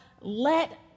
let